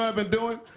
ah been doing?